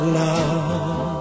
love